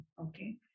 Okay